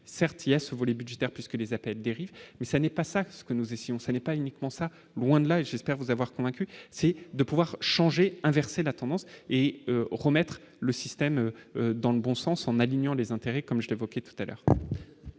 certes il y a ce volet budgétaire puisque les appels dérive mais ça n'est pas ça, ce que nous essayons, ça n'est pas uniquement ça, loin de là et j'espère vous avoir convaincu, c'est de pouvoir changer, inverser la tendance est au promettre le système dans le bon sens en alignant les intérêts comme je n'tout à l'heure.